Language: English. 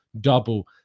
double